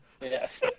Yes